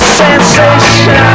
sensation